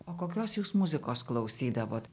o kokios jūs muzikos klausydavot